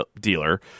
dealer